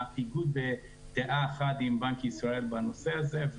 האיגוד בדעה אחת עם בנק ישראל בנושא הזה,